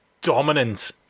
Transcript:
dominant